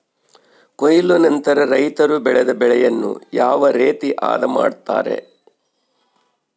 ಕೊಯ್ಲು ನಂತರ ರೈತರು ಬೆಳೆದ ಬೆಳೆಯನ್ನು ಯಾವ ರೇತಿ ಆದ ಮಾಡ್ತಾರೆ?